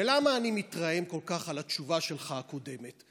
ולמה אני מתרעם כל כך על התשובה הקודמת שלך?